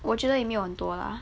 我觉得也没有很多啦